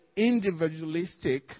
individualistic